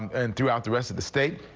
and throughout the rest of the state.